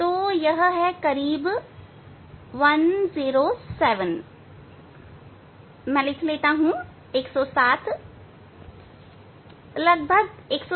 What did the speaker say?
तो यह है करीब 107 मैं लिख लेता हूं107 लगभग 107